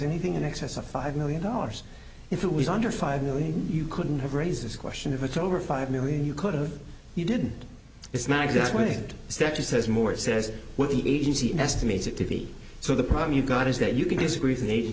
anything in excess of five million dollars if it was under five million you couldn't have raised this question of a to over five million you could've you didn't it's not exactly a specter says moore says what the agency estimates it to be so the problem you've got is that you can disagree with aid